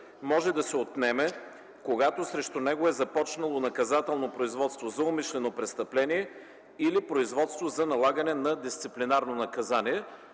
може да се отнеме, когато срещу него е започнало наказателно производство за умишлено престъпление или производство за налагане на дисциплинарно наказание.”